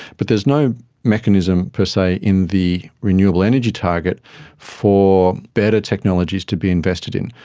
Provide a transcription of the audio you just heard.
but there is no mechanism per se in the renewable energy target for better technologies to be invested in.